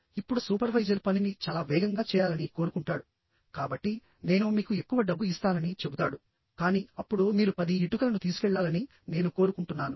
ఇప్పుడు సూపర్వైజర్ పనిని చాలా వేగంగా చేయాలని కోరుకుంటాడు కాబట్టి నేను మీకు ఎక్కువ డబ్బు ఇస్తానని చెబుతాడు కానీ అప్పుడు మీరు 10 ఇటుకలను తీసుకెళ్లాలని నేను కోరుకుంటున్నాను